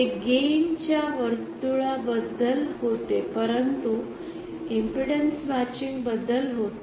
ते गेन च्या वर्तुळांबद्दल होते परंतु इम्पेडन्स मॅचिंग बद्दल होते